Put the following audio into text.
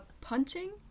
punching